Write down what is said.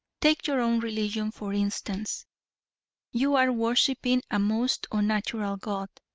take your own religion for instance you are worshiping a most unnatural god.